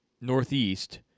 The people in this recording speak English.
northeast